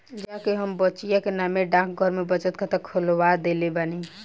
जा के हम बचिया के नामे डाकघर में बचत खाता खोलवा देले बानी